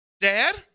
Dad